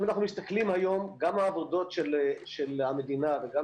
אם אנחנו מסתכלים היום גם העבודות של המדינה וגם